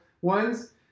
ones